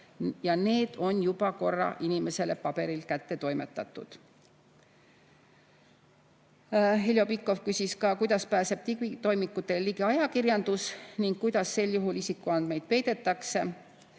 ja need on juba korra inimesele paberil kätte toimetatud. Heljo Pikhof küsis ka seda, kuidas pääseb digitoimikutele ligi ajakirjandus ning kuidas sel juhul isikuandmeid peidetakse.